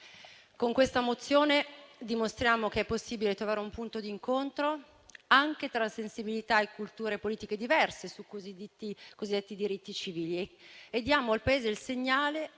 Con questa mozione dimostriamo che è possibile trovare un punto di incontro anche tra sensibilità e culture politiche diverse sui cosiddetti diritti civili; diamo al Paese il segnale